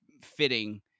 fitting